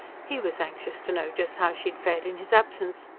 he was anxious to know just how she had fared in his absence,